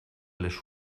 les